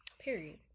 Period